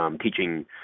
Teaching